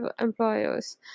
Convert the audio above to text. employers